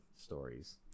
stories